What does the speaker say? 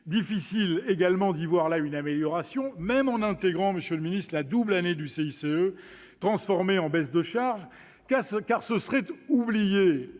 Difficile également d'y voir une amélioration, même en intégrant, monsieur le ministre, la double année du CICE transformé en baisse de charges, car ce serait oublier,